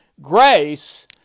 grace